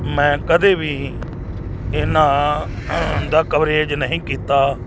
ਮੈਂ ਕਦੇ ਵੀ ਇਹਨਾਂ ਦਾ ਕਵਰੇਜ ਨਹੀਂ ਕੀਤਾ